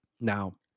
Now